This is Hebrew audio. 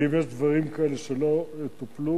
ואם יש דברים כאלה שלא טופלו,